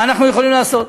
מה אנחנו יכולים לעשות?